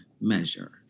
measure